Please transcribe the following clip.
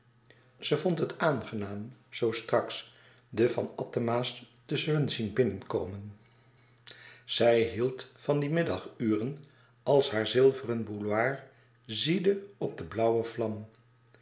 ze vond het aangenaam zoo straks de van attema's te zullen zien binnen komen zij hield van die middaguren als haar zilveren bouilloir ziedde op de blauwe vlam